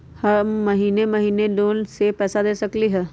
हम महिने महिने लोन के पैसा दे सकली ह?